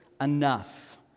enough